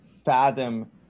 fathom